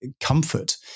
comfort